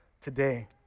today